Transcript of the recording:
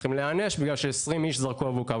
צריכים להיענש בגלל ש-20 איש זרקו אבוקה.